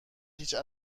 هیچ